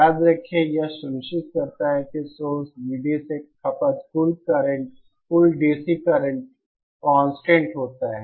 याद रखें कि यह सुनिश्चित करता है कि सोर्स VD से खपत कुल DC करंट कांस्टेंट होता है